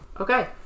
Okay